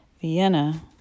Vienna